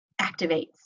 activates